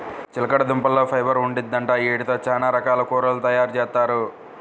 చిలకడదుంపల్లో ఫైబర్ ఉండిద్దంట, యీటితో చానా రకాల కూరలు తయారుజేత్తారు